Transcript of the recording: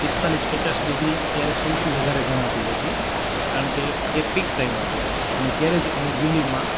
પિસ્તાલિસ પચાસ ડિગ્રી ત્યારે સૌથી વધારે ગણાતી હતી કારણ કે એ પિક ટાઈમ હતો અને ત્યારે જ અમે દિલ્હીમાં